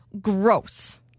gross